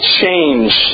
change